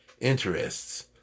interests